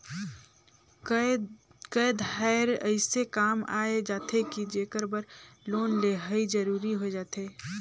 कए धाएर अइसे काम आए जाथे कि जेकर बर लोन लेहई जरूरी होए जाथे